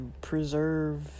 preserve